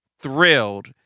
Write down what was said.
thrilled